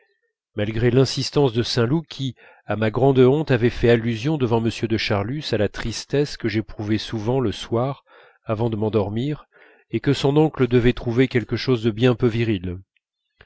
malgré l'insistance de saint loup qui à ma grande honte avait fait allusion devant m de charlus à la tristesse que j'éprouvais souvent le soir avant de m'endormir et que son oncle devait trouver quelque chose de bien peu viril